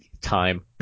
time